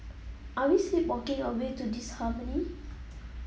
are we sleepwalking our way to disharmony